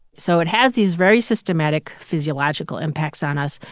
so it has these very systematic physiological impacts on us,